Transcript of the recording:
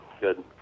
good